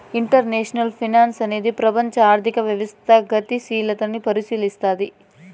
international finance అనేది ప్రపంచం ఆర్థిక వ్యవస్థ గతిశీలతని పరిశీలస్తది